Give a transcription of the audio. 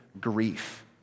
grief